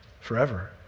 forever